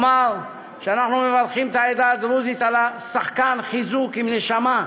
שאנחנו מברכים את העדה הדרוזית על שחקן חיזוק עם נשמה,